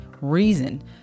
reason